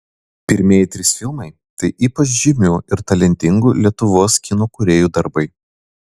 pirmieji trys filmai tai ypač žymių ir talentingų lietuvos kino kūrėjų darbai